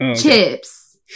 Chips